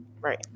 Right